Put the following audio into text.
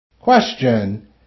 Question